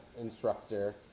instructor